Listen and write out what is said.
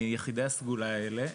מיחידי הסגולה האלה,